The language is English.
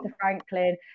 Franklin